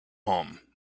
home